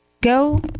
go